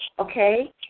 Okay